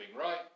right